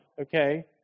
Okay